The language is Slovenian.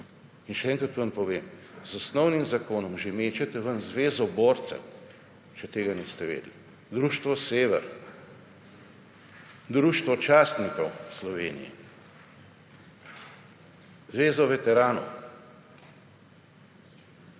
In še enkrat vam povem, z osnovnim zakonom že mečete ven Zvezo borcev, če tega niste vedeli, Društvo Sever, Društvo častnikov Slovenije, Zvezo veteranov.